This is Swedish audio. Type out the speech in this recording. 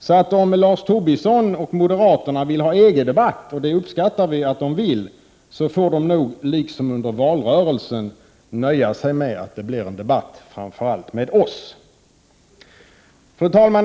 Så om Lars Tobisson och moderaterna vill ha EG-debatt — och det uppskattar vi att de vill — får de nog liksom under valrörelsen nöja sig med att det blir en debatt framför allt med oss. Fru talman!